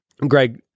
Greg